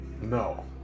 No